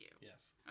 Yes